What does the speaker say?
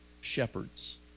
shepherds